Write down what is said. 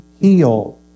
heal